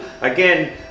again